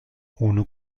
ohne